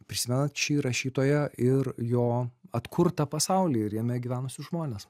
prisimenat šį rašytoją ir jo atkurtą pasaulį ir jame gyvenusius žmones